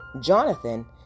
Jonathan